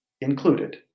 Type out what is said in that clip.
included